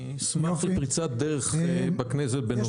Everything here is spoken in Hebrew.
אני אשמח לפריצת דרך בכנסת בנושא כה חשוב.